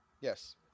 Yes